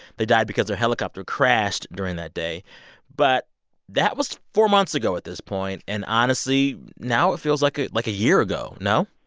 they died because their helicopter crashed during that day but that was four months ago at this point, and honestly, now it feels like ah like a year ago no?